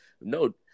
No